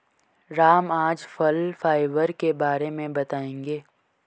राम आज फल फाइबर के बारे में बताएँगे